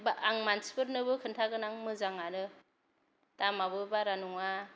आं मानसिफोरनोबो खोन्थागोन आं मोजाङानो दामाबो बारा नङा